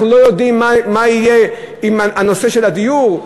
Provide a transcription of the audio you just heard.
אנחנו לא יודעים מה יהיה בנושא של הדיור.